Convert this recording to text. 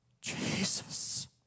Jesus